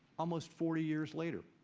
almost forty years later.